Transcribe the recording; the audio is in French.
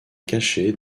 cacher